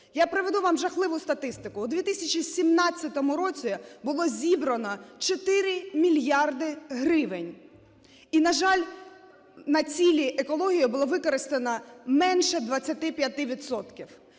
Я приведу вам жахливу статистику. У 2017 році було зібрано 4 мільярди гривень, і, на жаль, на цілі екології було використано менше 25